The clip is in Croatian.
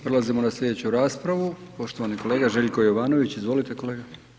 Prelazimo na sljedeću raspravu, poštovani kolega Željko Jovanović, izvolite kolega.